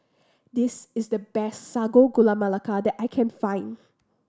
this is the best Sago Gula Melaka that I can find